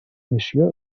missió